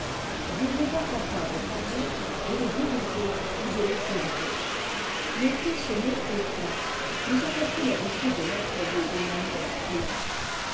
vous rendant capable par là de les diriger ou de les élever notez ce mot état nous avons pris l'habitude de l'employer d'une manière trop lâche